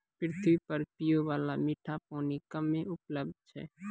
पृथ्वी पर पियै बाला मीठा पानी कम्मे उपलब्ध छै